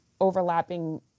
overlapping